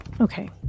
Okay